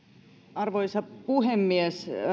arvoisa puhemies